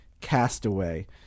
Castaway